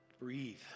Breathe